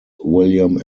william